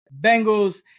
Bengals